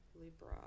Libra